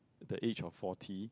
the age of forty